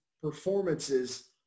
performances